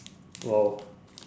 !wow!